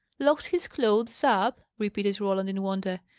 locked his clothes up! repeated roland, in wonder.